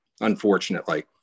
unfortunately